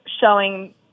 showing